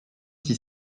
qui